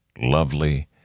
lovely